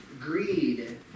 greed